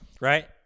Right